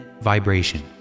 vibration